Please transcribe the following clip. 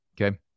Okay